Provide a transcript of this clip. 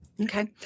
Okay